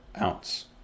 ounce